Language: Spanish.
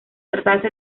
tratarse